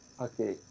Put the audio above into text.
Okay